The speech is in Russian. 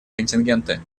контингенты